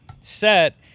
set